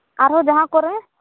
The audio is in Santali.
ᱟᱨᱦᱚᱸ ᱡᱟᱦᱟᱸ ᱠᱚᱨᱮ